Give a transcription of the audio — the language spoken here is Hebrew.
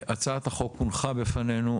הצעת החוק הונחה בפנינו.